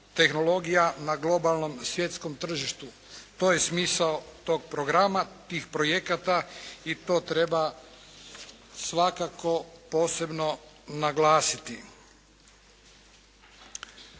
na globalnom svjetskom tržištu. To je smisao tog programa, tih projekata i to treba svakako posebno naglasiti.